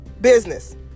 business